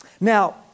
Now